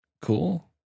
cool